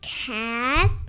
cat